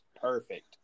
perfect